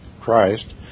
Christ